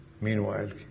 Meanwhile